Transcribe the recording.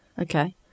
Okay